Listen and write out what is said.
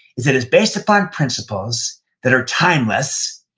is that it's based upon principles that are timeless,